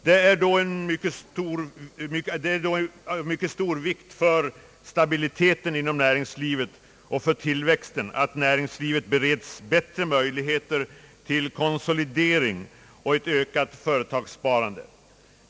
Det är av mycket stor vikt för stabiliteten inom näringslivet och för tillväxten att näringslivet bereds bättre möjligheter till konsolidering och ett ökat företagssparande.